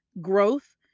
growth